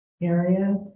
area